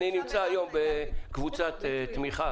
אני נמצא היום בקבוצת תמיכה.